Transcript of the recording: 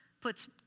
puts